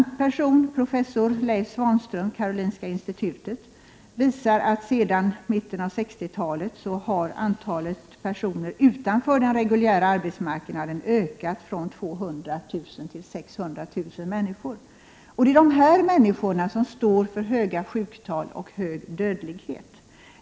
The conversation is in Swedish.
Professor Leif Svanström vid Karolinska institutet visar att sedan mitten av 1960-talet har antalet personer utanför den reguljära arbetsmarknaden ökat från 200 000 till 600 000. Det är dessa människor som står för höga sjuktal och hög dödlighet.